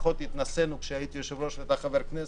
פחות התנסינו כשהייתי יושב-ראש ואתה חבר כנסת.